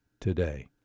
today